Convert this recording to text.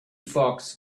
fox